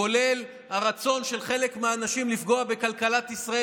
כולל הרצון של חלק מהאנשים לפגוע בכלכלת ישראל